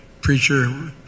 preacher—